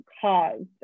caused